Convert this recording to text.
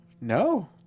No